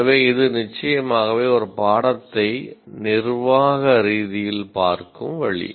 எனவே இது நிச்சயமாகவே ஒரு பாடத்தை நிர்வாக ரீதியில் பார்க்கும் வழி